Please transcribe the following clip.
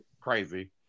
crazy